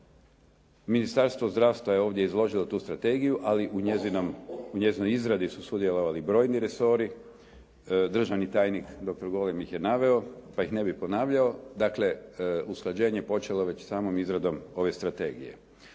Ministarstvo zdravstva je ovdje izložilo tu strategiju, ali u njezinoj izradi su sudjelovali brojni resori, državni tajnik doktor Golem ih je naveo pa ih ne bih ponavljao, dakle usklađenje je počelo već samom izradom ove strategije.